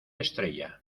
estrella